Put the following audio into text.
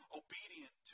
obedient